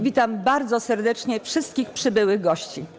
Witam bardzo serdecznie wszystkich przybyłych gości.